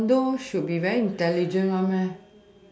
commando should be very intelligent one